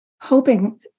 hoping